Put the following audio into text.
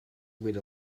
with